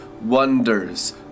wonders